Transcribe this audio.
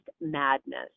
madness